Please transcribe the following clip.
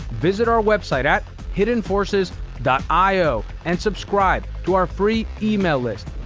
visit our website at hiddenforces io and subscribe to our free email list.